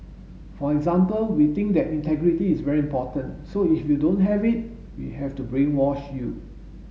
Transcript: for example we think that integrity is very important so if you don't have it we have to brainwash you